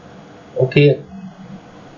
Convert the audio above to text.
okay